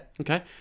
Okay